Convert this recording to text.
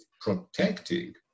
protecting